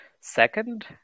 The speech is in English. Second